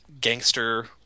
Gangster